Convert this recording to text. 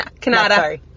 Canada